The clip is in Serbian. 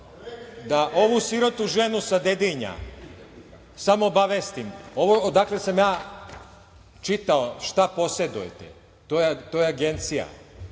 da ovu sirotu ženu sa Dedinja samo obavestim, ovo odakle sam ja čitao šta posedujete to je Agencija